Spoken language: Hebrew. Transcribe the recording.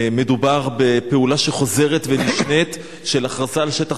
מדובר בפעולה שחוזרת ונשנית של הכרזה על שטח